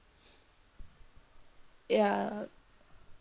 ya